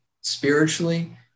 spiritually